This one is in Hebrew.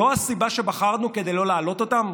זו הסיבה שבחרנו כדי לא להעלות אותם?